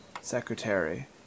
secretary